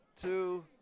two